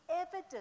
evidence